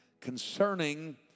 concerning